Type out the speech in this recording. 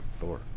Thor